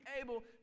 able